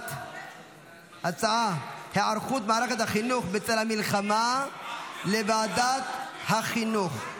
העברת ההצעה על היערכות מערכת החינוך בצל המלחמה לוועדת החינוך.